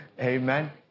Amen